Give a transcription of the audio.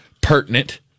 pertinent